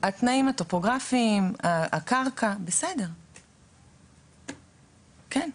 התנאים הטופוגרפיים, הקרקע, בסדר, כן.